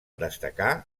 destacar